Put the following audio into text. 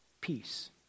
Peace